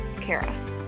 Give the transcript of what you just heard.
Kara